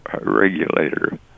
regulator